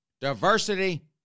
diversity